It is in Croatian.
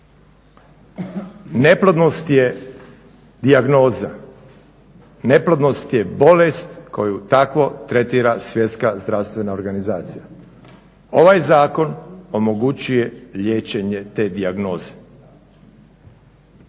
neplodnost je dijagnoza, neplodnost je bolest koju tako tretira svjetska zdravstvena organizacija. Ovaj zakon omogućuje liječenje te dijagnoze.